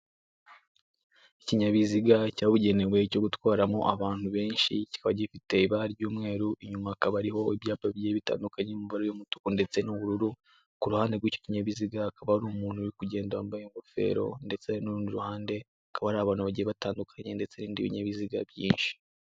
Ikinyabiziga cyabugenewe cyo gutwaramo abantu benshi, kikaba gifite ibara ry'umweru, inyuma hakaba hariho ibyapa bigiye bitandukanye mu mabara y'umutuku ndetse n'ubururu, ku ruhande rw'icyo kinyabiziga hakaba hari umuntu uri kugenda wambaye ingofero ndetse n'urundi ruhande hakaba hari abantu bagiye batandukanye ndetse n'ibindi binyabiziga byinshi.